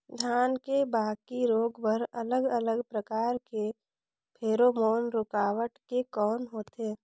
धान के बाकी रोग बर अलग अलग प्रकार के फेरोमोन रूकावट के कौन होथे?